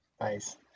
Nice